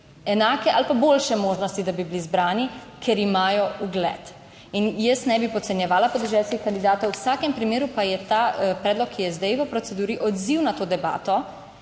enake ali pa boljše možnosti, da bi bili zbrani, ker imajo ugled in jaz ne bi podcenjevala podeželskih kandidatov. V vsakem primeru pa je ta predlog, ki je zdaj v proceduri, odziv na to debato